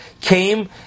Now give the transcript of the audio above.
came